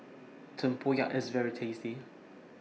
Tempoyak IS very tasty